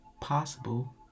possible